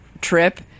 trip